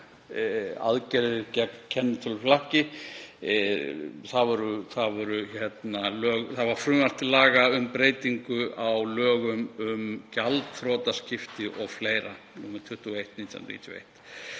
aðgerðir gegn kennitöluflakki. Það var frumvarp til laga um breytingu á lögum um gjaldþrotaskipti o.fl., nr. 21/1991.